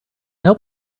help